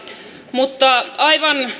mutta aivan